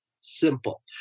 Simple